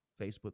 Facebook